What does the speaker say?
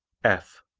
f.